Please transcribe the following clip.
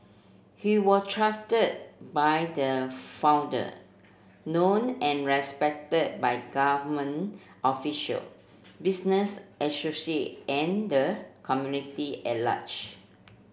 he was trusted by the founder known and respected by government official business associate and the community at large